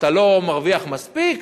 אתה לא מרוויח מספיק?